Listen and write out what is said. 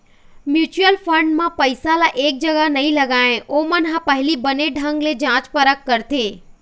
mutual fund म पइसा ल एक जगा नइ लगाय, ओमन ह पहिली बने ढंग ले जाँच परख करथे